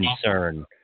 concern